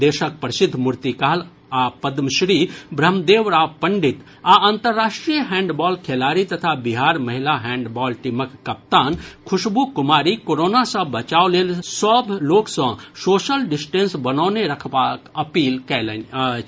देशक प्रसिद्ध मूर्तिकार आ पद्मश्री ब्रह्मदेव राम पंडित आ अंतर्राष्ट्रीय हैंडबॉल खेलाड़ी तथा बिहार महिला हैंडबॉल टीमक कप्तान खुशबू कुमारी कोरोना सँ बचाव लेल लोक सभ सँ सोशल डिस्टेंस बनौने रखबाक अपील कयलनि अछि